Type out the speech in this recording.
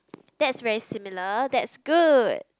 that's very similar that's good